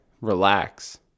relax